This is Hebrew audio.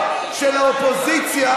האופוזיציה